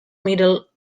middle